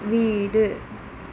வீடு